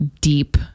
deep